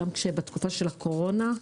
כך גם בתקופת הקורונה.